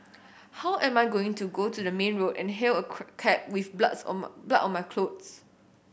how am I going to go to the main road and hail a cab with bloods on my blood on my clothes